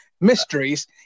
mysteries